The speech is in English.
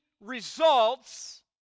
results